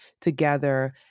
together